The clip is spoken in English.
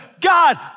God